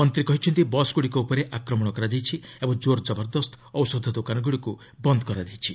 ମନ୍ତ୍ରୀ କହିଛନ୍ତି ବସ୍ଗୁଡ଼ିକ ଉପରେ ଆକ୍ରମଣ କରାଯାଇଛି ଓ ଜୋର୍ଜବରଦସ୍ତ ଔଷଧ ଦୋକାନଗୁଡ଼ିକୁ ବନ୍ଦ କରାଯାଇଛି